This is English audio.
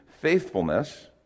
faithfulness